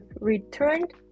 returned